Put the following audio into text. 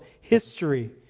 history